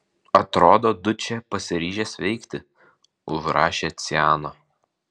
atrodo dučė pasiryžęs veikti užrašė ciano